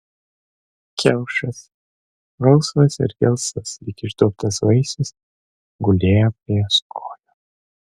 kiaušas rausvas ir gelsvas lyg išduobtas vaisius gulėjo prie jos kojų